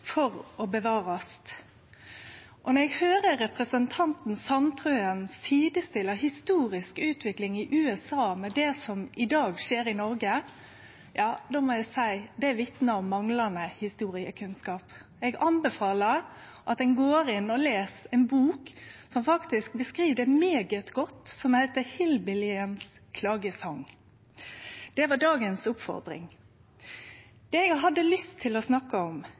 for å bli bevart. Når eg høyrer representanten Sandtrøen sidestille den historiske utviklinga i USA med det som i dag skjer i Noreg, må eg seie at det vitnar om manglande historiekunnskap. Eg anbefaler at ein les ei bok som faktisk beskriv dette svært godt. Boka heiter «Hillbillyens klagesang». Det var dagens oppfordring. Det eg hadde lyst til å snakke om,